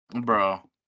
bro